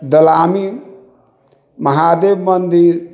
दमामी महादेव मन्दिर